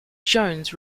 jones